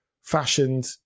fashioned